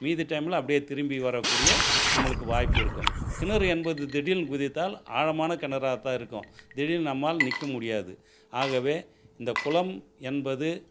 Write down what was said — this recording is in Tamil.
மீதி டைமில் அப்படியே திரும்பி வரக்கூடிய நம்மளுக்கு வாய்ப்பு இருக்கும் கிணறு என்பது திடீர்னு குதித்தால் ஆழமான கிணறாக தான் இருக்கும் திடீர்ன்னு நம்மால் நிற்க முடியாது ஆகவே இந்த குளம் என்பது